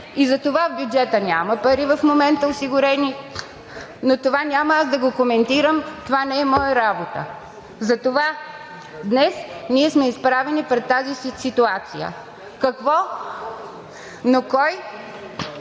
и затова в бюджета няма пари в момента осигурени, но това няма да го коментирам, това не е моя работа. Затова днес ние сме изправени пред тази ситуация. Може би